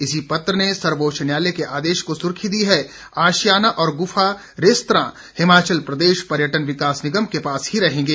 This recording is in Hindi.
इसी पत्र ने सर्वोच्च न्यायालय के आदेश को सुर्खी दी है आशियाना और गुफा रेस्तरां हिमाचल प्रदेश पर्यटन विकास निगम के पास ही रहेंगे